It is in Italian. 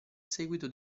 seguito